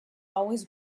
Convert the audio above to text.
always